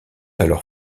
alors